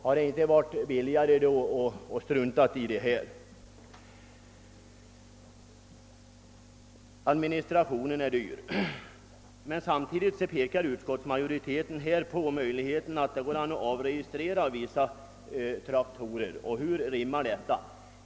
Hade det då inte varit billigare att strunta i det hela? Administrationen är ju dyr. Men samtidigt pekar utskottsmajoriteten på de möjligheter som finns att avregistrera vissa traktorer. Hur går detta ihop?